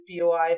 POI